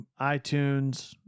iTunes